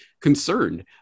concerned